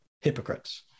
hypocrites